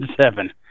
seven